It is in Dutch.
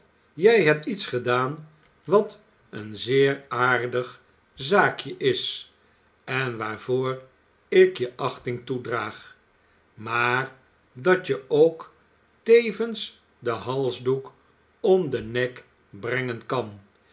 jij hebt iets gedaan wat een zeer aardig zaakje is en waarvoor ik je achting toedraag maar dat je ook tevens den halsdoek om den nek brengen kan